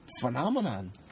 Phenomenon